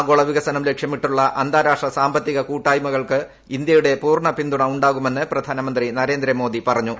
ആഗോള വികസനം ലക്ഷ്യമിട്ടുള്ള അന്താരാഷ്ട്ര സാമ്പത്തിക കൂട്ടായ്മകൾക്ക് ഇന്ത്യയുടെ പൂർണ്ണപിന്തുണ ഉണ്ടാകുമെന്ന് പ്രധാനമന്ത്രി നരേന്ദ്രമോദി പറഞ്ഞു